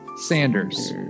Sanders